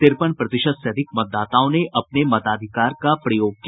तिरपन प्रतिशत से अधिक मतदाताओं ने अपने मताधिकार का प्रयोग किया